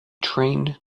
train